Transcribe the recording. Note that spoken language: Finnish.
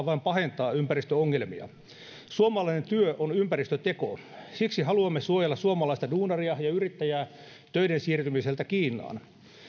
vain pahentaa ympäristöongelmia suomalainen työ on ympäristöteko ja siksi haluamme suojella suomalaista duunaria ja yrittäjää töiden siirtymiseltä kiinaan